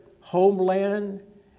homeland